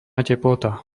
teplota